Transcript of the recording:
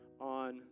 on